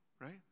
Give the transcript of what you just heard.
right